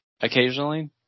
Occasionally